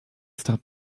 stop